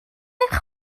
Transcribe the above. eich